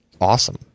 awesome